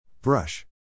Brush